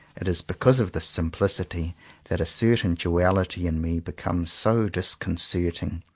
it is because of this simplicity that a certain duality in me becomes so disconcerting.